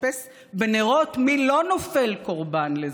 לחפש בנרות מי לא נופל קורבן לזה.